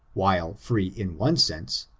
while free in one sense,